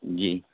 جی